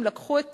הם לקחו את